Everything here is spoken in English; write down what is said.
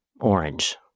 orange